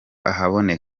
ahabona